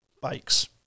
bikes